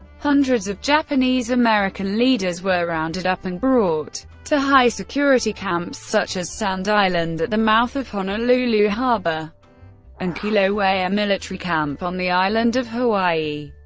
hundreds of japanese american leaders were rounded up and brought to high-security camps such as sand island at the mouth of honolulu harbor and kilauea ah military camp on the island of hawaii.